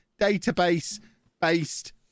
database-based